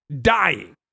dying